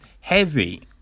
heavy